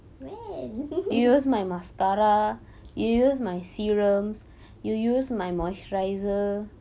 when